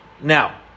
Now